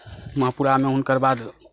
महापुरामे हुनकर बाद